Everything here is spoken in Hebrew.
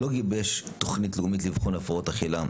לא גיבש תוכנית לאומית לאבחון הפרעות אכילה,